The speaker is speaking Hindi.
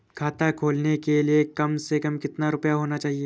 खाता खोलने के लिए कम से कम कितना रूपए होने चाहिए?